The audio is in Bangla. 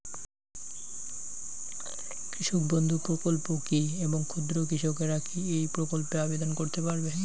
কৃষক বন্ধু প্রকল্প কী এবং ক্ষুদ্র কৃষকেরা কী এই প্রকল্পে আবেদন করতে পারবে?